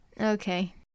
Okay